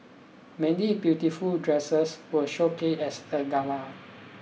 many beautiful dresses were showcased as a gala